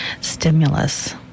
stimulus